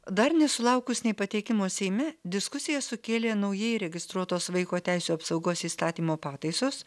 dar nesulaukus nei pateikimo seime diskusijas sukėlė naujai registruotos vaiko teisių apsaugos įstatymo pataisos